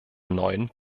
neuen